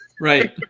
Right